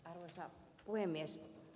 arvoisa puhemies